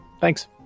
Thanks